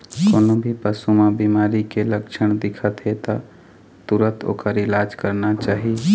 कोनो भी पशु म बिमारी के लक्छन दिखत हे त तुरत ओखर इलाज करना चाही